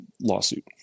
lawsuit